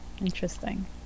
Interesting